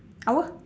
apa